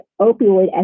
opioid